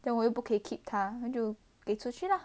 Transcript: then 我又不可以 keep 它就给出去啦